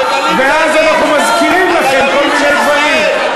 ואז אנחנו מזכירים לכם כל מיני דברים.